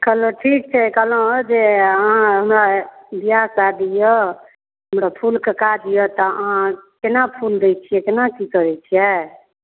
कहलहुँ ठीक छै कहलहुँ जे अहाँ हमरा ब्याह शादी यए हमरा फूलके काज यए तऽ अहाँ केना फूल दै छियै केना की करै छियै